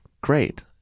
great